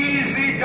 Easy